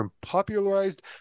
popularized